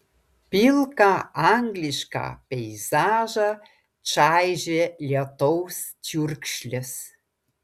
pilką anglišką peizažą čaižė lietaus čiurkšlės